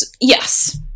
Yes